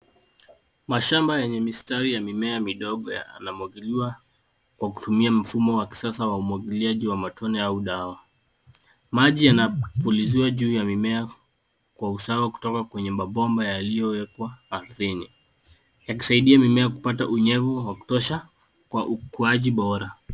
Mashamba yenye mimea ya mistari midogo, yanamwagiliwa kwa kutumia mfumo wa kisasa wa umwagiliaji wa matone au dawa. Maji yanapuliziwa juu ya mimea kwa usawa kutoka kwenye mabomba yaliyowekwa ardhini yakisaidia mimea kupata unyevu wa kutosha kwa ukuaji bora.